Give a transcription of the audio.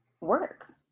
work